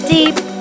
Deep